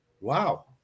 wow